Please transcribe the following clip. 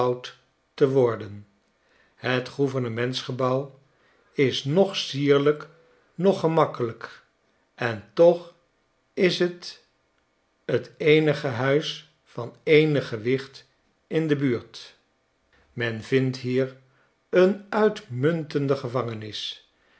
te worden het gouvernementsgebouw is noch sierlijk noch gemakkelijk en toch is t het eenige huis van eenig gewicht in de buurt men vindt hier een uitmuntende gevangenis